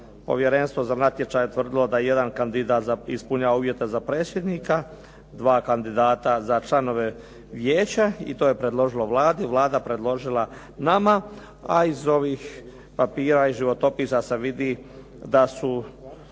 Povjerenstvo za natječaj je utvrdilo da jedan kandidat ispunjava uvjete za predsjednika, 2 kandidata za članove Vijeća i to je predložila Vladi. Vlada predložila nama, a iz ovih papira i životopisa se vidi da su